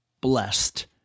blessed